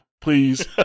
please